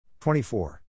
24